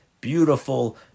beautiful